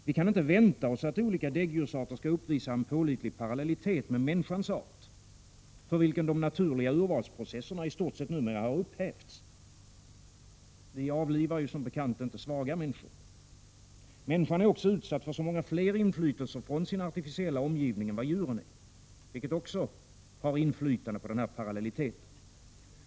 Vi kan inte vänta oss att olika däggdjursarter skall uppvisa en pålitlig parallellitet med människans art, för vilken de naturliga urvalsprocesserna numera i stort sätt har upphävts. Vi avlivar ju som bekant inte svaga människor. Människan är också utsatt för så många fler inflytelser från sin artificiella omgivning än vad djuren är, vilket också har ett inflytande på denna parallellitet.